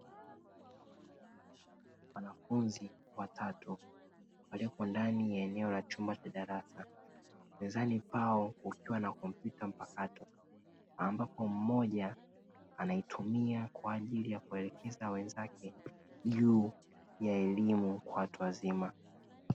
Wanafunzi watatu waliopo ndani ya eneo la chumba cha darasa mezani Pao kukiwa na kompyuta mpakato ambapo mmoja anaitumia kwa ajili ya kuwaelekeza wenzake juu ya elimu kwa watu wazima .